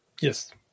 Yes